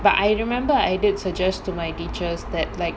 but I remember I did suggest to my teachers that like